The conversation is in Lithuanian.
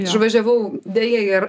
išvažiavau deja ir